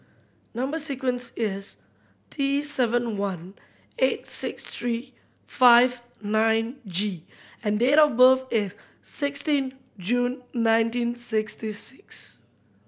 number sequence is T seven one eight six three five nine G and date of birth is sixteen June nineteen sixty six